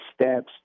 steps